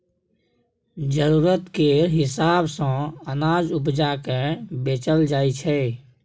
जरुरत केर हिसाब सँ अनाज उपजा केँ बेचल जाइ छै